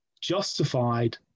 justified